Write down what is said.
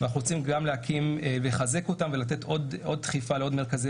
אנחנו רוצים גם לחזק אותם וגם לתת דחיפה למרכזי